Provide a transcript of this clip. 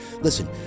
listen